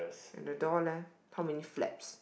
on the door leh how many flaps